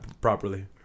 properly